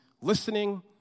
listening